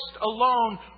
alone